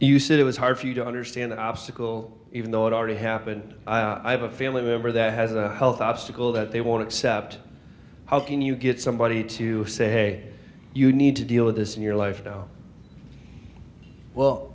you said it was hard for you to understand that obstacle even though it already happened i have a family member that has a health obstacle that they want except how can you get somebody to say hey you need to deal with this in your life